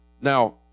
Now